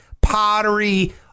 pottery